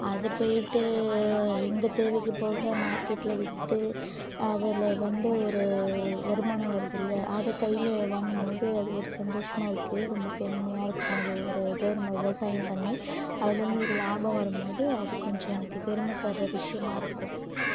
அதை பேயிட்டு எங்கள் தேவைக்கு போக மார்க்கெட்டில விற்று அதில் வந்து ஒரு வருமானம் வருது இல்லையா அதை கையில் வாங்கும் போது அது ஒரு சந்தோசமாக இருக்கு ரொம்ப பெருமையாக இருக்கும் அது ஒரு இதை நம்ம விவசாயம் பண்ணி அதில் இருந்து ஒரு லாபம் வரும் போது அது கொஞ்சம் எனக்கு பெருமை தர விஷ்யமாக இருக்கும்